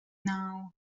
now